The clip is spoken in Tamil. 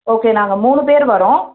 ஓகே நாங்கள் மூணு பேர் வரோம்